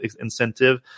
incentive